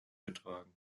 getragen